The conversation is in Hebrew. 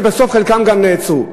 ובסוף חלקם גם נעצרו.